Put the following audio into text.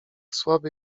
słaby